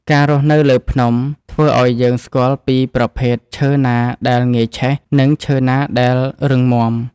ការរស់នៅលើភ្នំ ធ្វើឲ្យយើងស្គាល់ពីប្រភេទឈើណាដែលងាយឆេះ និងឈើណាដែលរឹងមាំ។